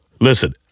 Listen